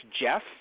Jeff